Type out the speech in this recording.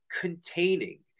containing